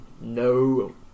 no